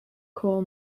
coal